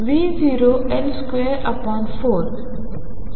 तर X2Y22m2 V0L24